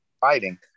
fighting